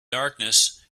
darkness